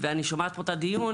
ואני שומעת פה את הדיון,